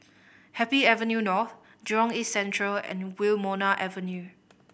Happy Avenue North Jurong East Central and Wilmonar Avenue